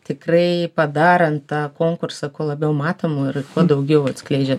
tikrai padarant tą konkursą kuo labiau matomu ir kuo daugiau atskleidžia